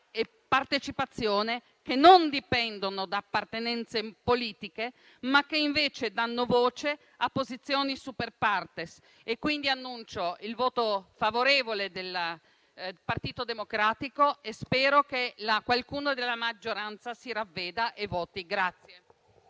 e partecipazione che non dipendono da appartenenze politiche, ma che invece danno voce a posizioni *super partes.* Annuncio pertanto il voto favorevole del Partito Democratico e spero che qualcuno della maggioranza si ravveda e voti a